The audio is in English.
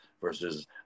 versus